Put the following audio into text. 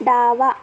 डावा